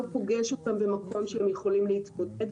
פוגש אותם במקום שהם יכולים להתמודד,